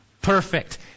Perfect